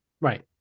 Right